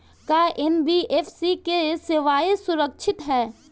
का एन.बी.एफ.सी की सेवायें सुरक्षित है?